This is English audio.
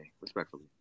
respectfully